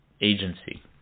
agency